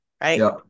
right